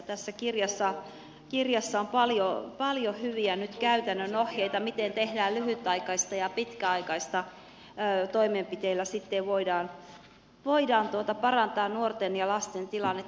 tässä kirjassa on nyt paljon hyviä käytännön ohjeita miten tehdään lyhytaikaisia ja pitkäaikaisia toimenpiteitä joilla sitten voidaan parantaa nuorten ja lasten tilannetta